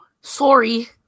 sorry